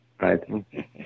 right